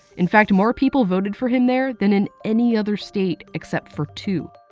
in fact, more people voted for him there than in any other state except for two.